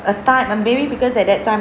apart and maybe because at that time